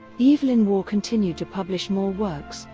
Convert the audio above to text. evelyn waugh continued to publish more works,